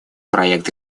проект